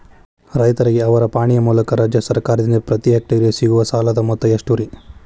ರೈತರಿಗೆ ಅವರ ಪಾಣಿಯ ಮೂಲಕ ರಾಜ್ಯ ಸರ್ಕಾರದಿಂದ ಪ್ರತಿ ಹೆಕ್ಟರ್ ಗೆ ಸಿಗುವ ಸಾಲದ ಮೊತ್ತ ಎಷ್ಟು ರೇ?